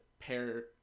pair